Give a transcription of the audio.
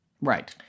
Right